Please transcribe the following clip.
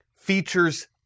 features